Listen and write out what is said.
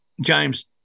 James